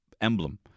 emblem